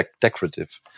decorative